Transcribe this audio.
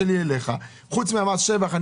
חוץ ממס שבח,